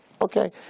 Okay